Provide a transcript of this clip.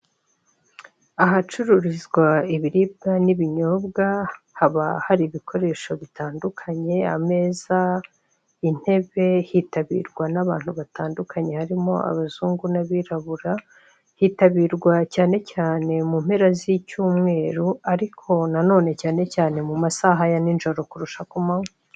Ahacururizwa ibiribwa n'ibinyobwa haba hari ibikoresho bitandukanye, ameza, intebe, hitabirwa n'abantu batandukanye harimo abazungu n'abirabura hitabirwa cyane cyane mu mpera z'icyumweru ariko nanone cyane cyane mu masaha ya ni mugoroba kurusha ku manwa.